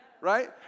right